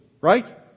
right